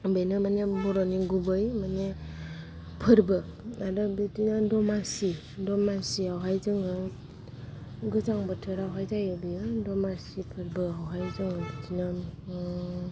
बेनो माने बर'नि गुबै माने फोरबो आरो बिदिनो दमासि दमासिआवहाय जोङो गोजां बोथोरावहाय जायो बियो दमासि फोरबो आवहाय जों बिदिनो